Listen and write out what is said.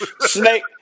Snake